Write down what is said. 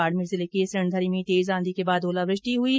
बाड़मेर जिले के सिणधरी में तेज आंधी के बाद ओलावृष्टि हुई है